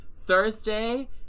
thursday